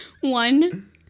One